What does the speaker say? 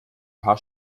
paar